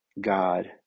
god